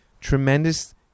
tremendous